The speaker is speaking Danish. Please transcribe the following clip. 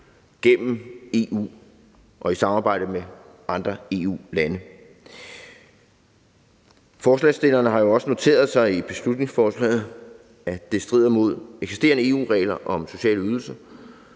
gennem EU og i samarbejde med andre EU-lande. Forslagsstillerne har jo også noteret sig i beslutningsforslaget, at det strider mod eksisterende EU-regler om sociale ydelser.